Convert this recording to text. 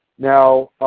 now,